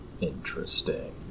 Interesting